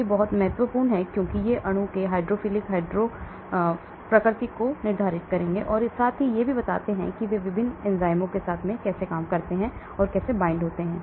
ये बहुत महत्वपूर्ण हैं क्योंकि ये अणु के हाइड्रोफिलिक लिपोफिलिक प्रकृति को निर्धारित करते हैं और साथ ही यह भी बताते हैं कि वे विभिन्न एंजाइमों के साथ कैसे जाते हैं और बांधते हैं